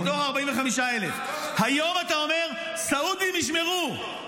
-- מתוך ה-45,000, היום אתה אומר: סעודים ישמרו.